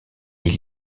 est